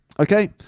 Okay